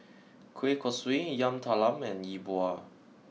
Kueh Kosui Yam Talam and Yi Bua